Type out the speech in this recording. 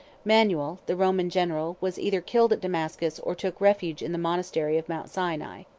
manuel, the roman general, was either killed at damascus, or took refuge in the monastery of mount sinai.